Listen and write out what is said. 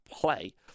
play